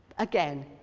again,